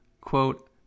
quote